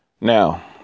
Now